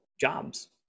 jobs